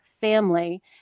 family